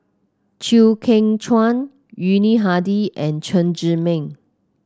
Chew Kheng Chuan Yuni Hadi and Chen Zhiming